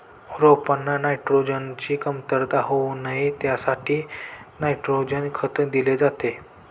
रोपांना नायट्रोजनची कमतरता होऊ नये यासाठी नायट्रोजन खत दिले जाते